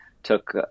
Took